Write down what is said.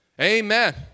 Amen